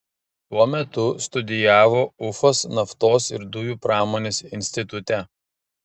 tuo metu studijavo ufos naftos ir dujų pramonės institute